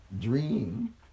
dream